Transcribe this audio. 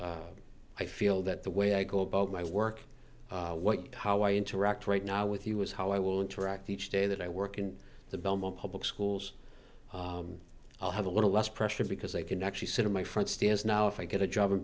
i feel that the way i go about my work what how i interact right now with you is how i will interact each day that i work in the belmont public schools i'll have a little less pressure because they can actually sit in my front stairs now if i get a job